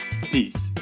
Peace